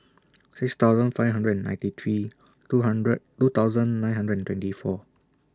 six thousand five hundred and ninety three two hundred two thousand nine hundred and twenty four